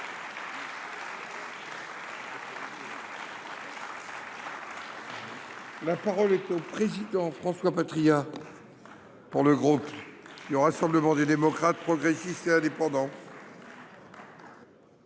La parole est à M. François Patriat, pour le groupe Rassemblement des démocrates, progressistes et indépendants.